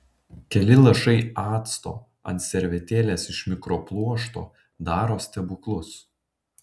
keli lašai acto ant servetėlės iš mikropluošto daro stebuklus